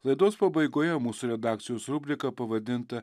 laidos pabaigoje mūsų redakcijos rubrika pavadinta